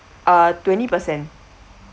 uh twenty percent